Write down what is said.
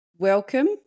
Welcome